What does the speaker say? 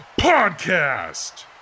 podcast